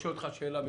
אנחנו